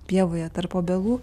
pievoje tarp obelų